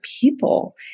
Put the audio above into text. people